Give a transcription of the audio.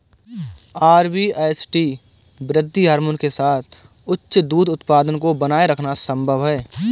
RBST वृद्धि hormone के साथ उच्च दूध उत्पादन को बनाए रखना संभव है